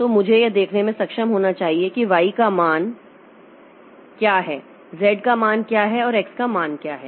तो मुझे यह देखने में सक्षम होना चाहिए कि y का मान क्या है z का मान क्या है और x का मान क्या है